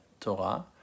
Torah